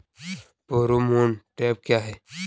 Pheromone trap क्या होता है?